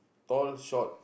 tall short